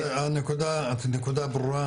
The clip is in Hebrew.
הנקודה ברורה,